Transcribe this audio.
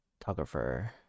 photographer